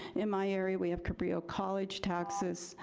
in my area we have cabrillo college taxes.